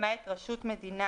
למעט רשות מדינה,